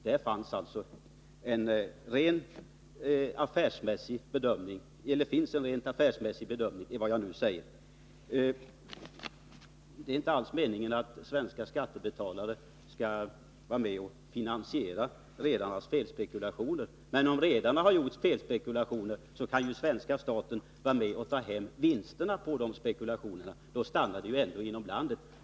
— Det finns alltså en rent affärsmässig bedömning i det jag nu har sagt. Det är inte alls meningen att svenska skattebetalare skall vara med och finansiera redarnas felspekulationer, men om redarna har gjort felspekulationer kan ju svenska staten vara med och ta hem vinsterna på de spekulationerna. Då stannar de ändå inom landet.